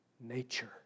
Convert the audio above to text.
nature